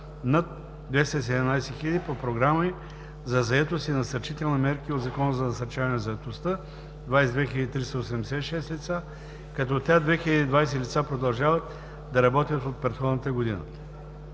над 217 хиляди, по програми за заетост и насърчителни мерки от Закона за насърчаване на заетостта – 22 386 лица, като от тях 2020 лица продължават да работят от предходната година.